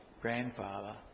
grandfather